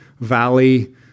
valley